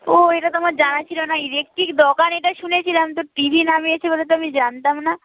ও এটা তো আমার জানা ছিল না ইলেকট্রিক দোকান এটা শুনেছিলাম তো টি ভি নামিয়েছে বলে তো আমি জানতাম না